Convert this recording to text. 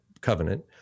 covenant